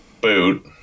boot